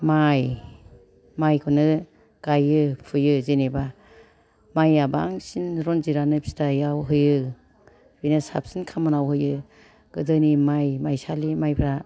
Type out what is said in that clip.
माइ माइखौनो गाइयो फुयो जेनोबा माइया बांसिन रन्जितआनो फिथाइयाव होयो बेनो साबसिन खामानिआव होयो गोदोनि माइ माइसालि माइब्रा